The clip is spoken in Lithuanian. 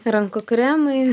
rankų kremai